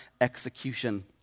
execution